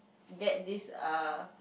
get this err